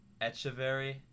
Echeverry